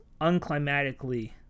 unclimatically